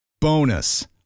Bonus